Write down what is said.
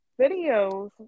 videos